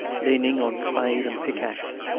leaning on spade and pickaxe.